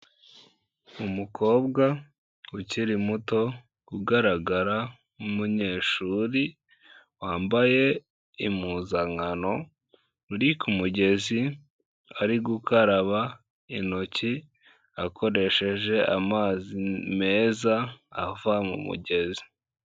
Umukobwa ukiri muto, ugaragara nk'umuyeshuri, wambaye impuzankano, uri ku mugezi ari gukaraba intoki, akoresheje amazi meza, ava mu mugezi.